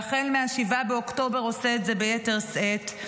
והחל מ-7 באוקטובר עושה את זה ביתר שאת,